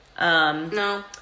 No